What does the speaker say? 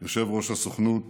יושב-ראש הסוכנות